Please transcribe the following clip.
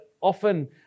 often